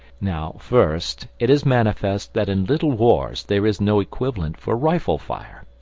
now, first, it is manifest that in little wars there is no equivalent for rifle-fire,